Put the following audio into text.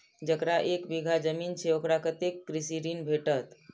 जकरा एक बिघा जमीन छै औकरा कतेक कृषि ऋण भेटत?